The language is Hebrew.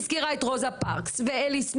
הזכירה את רוזה פרקס ואליס מילר,